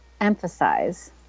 emphasize